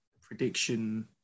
prediction